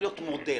מודל.